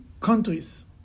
countries